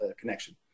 connection